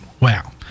Wow